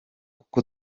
kuko